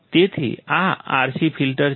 તેથી આ RC filter છે